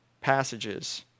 passages